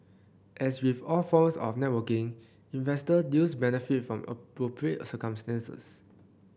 as with all forms of networking investor deals benefit from appropriate circumstances